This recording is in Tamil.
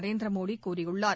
நரேந்திர மோடி கூறியுள்ளார்